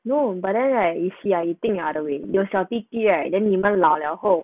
no but then right you see ah you think the other way 有小弟弟 right then 你们老了后